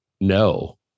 no